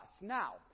Now